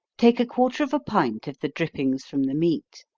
take a quarter of a pint of the drippings from the meat,